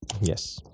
Yes